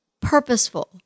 purposeful